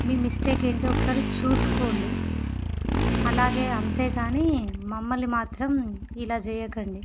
మీ mistake ఏంటో ఒకసారి చూసుకోండి అలాగే అంతేగాని మమ్మల్ని మాత్రం ఇలా జేయకండి